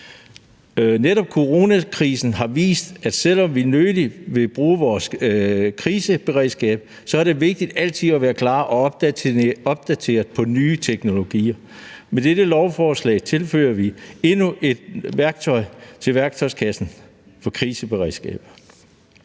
Netop coronakrisen har vist, at selv om vi nødig vil bruge vores kriseberedskab, er det vigtigt altid at være klar og opdateret på nye teknologier. Med dette lovforslag tilføjer vi endnu et værktøj til værktøjskassen for kriseberedskab.